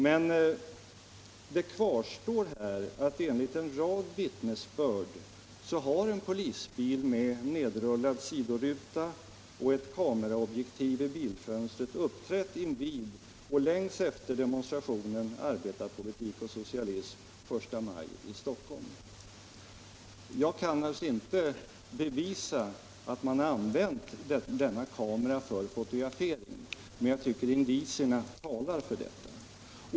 Faktum kvarstår att en polisbil enligt en rad vittnesbörd med nerrullad sidoruta och kameraobjektiv i bilfönstret har uppträtt invid och längs efter demonstrationen Arbetarpolitik och socialism den 1 maj i Stockholm. Jag kan naturligtvis inte bevisa att man använt denna kamera för fotografering, men jag tycker att indicierna talar för detta.